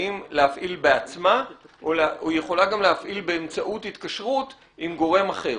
האם להפעיל בעצמה או היא יכולה גם להפעיל באמצעות התקשרות עם גורם אחר.